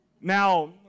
Now